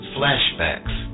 flashbacks